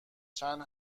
چند